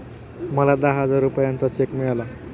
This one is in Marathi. मला दहा हजार रुपयांचा चेक मिळाला